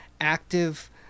active